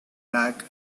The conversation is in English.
back